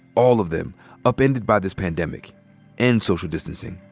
all of them upended by this pandemic and social distancing.